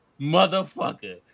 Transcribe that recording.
motherfucker